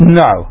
no